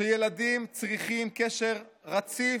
שילדים צריכים קשר רציף,